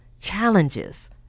challenges